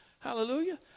Hallelujah